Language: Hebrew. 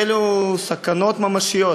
אלו סכנות ממשיות,